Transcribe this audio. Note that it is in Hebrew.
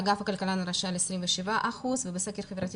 באגף הכלכלן הראשי מצביעים על 27 אחוזים ובסקר החברתי